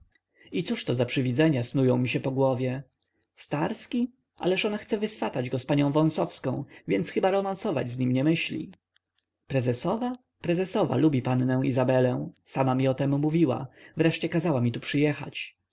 i co za przywidzenia snują mi się po głowie starski ależ ona chce wyswatać go z panią wąsowską więc chyba romansować z nim nie myśli prezesowa prezesowa lubi pannę izabelę sama mi o tem mówiła wreszcie kazała mi tu przyjechać